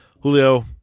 Julio